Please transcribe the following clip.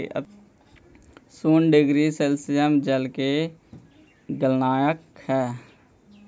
शून्य degree Celsius जल के गलनांक हई